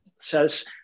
says